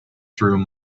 through